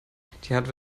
hardware